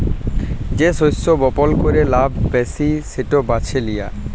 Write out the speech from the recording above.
যে শস্য বপল ক্যরে লাভ ব্যাশি সেট বাছে লিয়া